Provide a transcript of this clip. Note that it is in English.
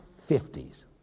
50s